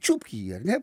čiupk jį ar ne